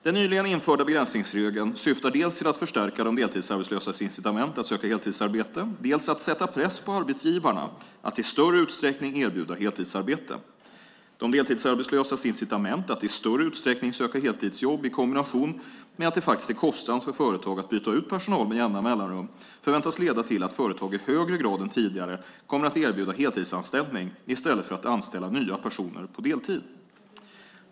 Den nyligen införda begränsningsregeln syftar dels till att förstärka de deltidsarbetslösas incitament att söka heltidsarbete, dels till att sätta press på arbetsgivarna att i större utsträckning erbjuda heltidsarbete. De deltidsarbetslösas incitament att i större utsträckning söka heltidsjobb i kombination med att det faktiskt är kostsamt för företag att byta ut personal med jämna mellanrum förväntas leda till att företag i högre grad än tidigare kommer att erbjuda heltidsanställning i stället för att anställa nya personer på deltid.